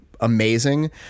amazing